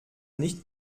nicht